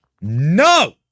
No